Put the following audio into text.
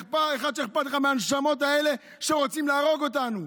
אחד שאכפת לו מהנשמות האלה שרוצים להרוג אותן.